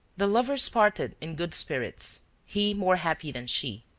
the lovers parted in good spirits, he more happy than she.